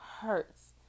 hurts